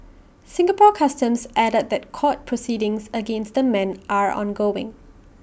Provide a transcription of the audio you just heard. Singapore Customs added that court proceedings against the men are ongoing